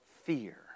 fear